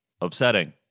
upsetting